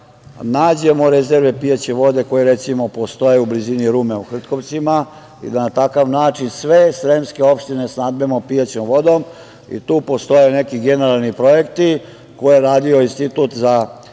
nađemo rezerve pijaće vode, koje recimo postoje u blizini Rume u Hrtkovcima i da na takav način sve sremske opštine snabdemo pijaćom vodom. Tu postoje neki generalni projekti koje je radio Institut za